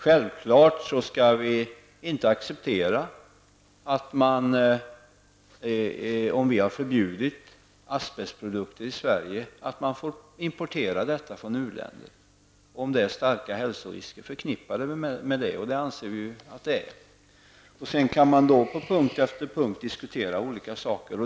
Självfallet skall vi inte acceptera att man får importera asbestsprodukter från u-länder om vi har förbjudit sådana i Sverige och vi anser att det finns starka hälsorisker förknippade med dem. På punkt efter punkt kan man sedan diskutera olika saker.